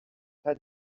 mae